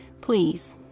please